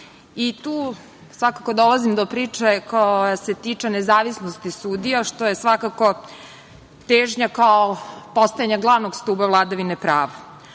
rad. Tu svakako dolazim do priče koja se tiče nezavisnosti sudija, što je svakako težnja oko postojanja glavnog stuba vladine prava.